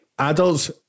Adults